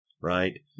right